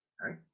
right